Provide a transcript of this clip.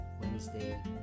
Wednesday